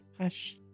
Hush